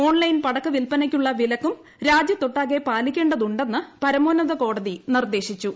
online പടക്ക വിൽപ്പനിയ്ക്കുള്ള വിലക്കും രാജ്യത്തൊട്ടാകെ പാലിക്കേ തുടെ ന്ന് പരമോന്നത കോടതി നിർദ്ദേശിച്ചു